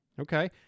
Okay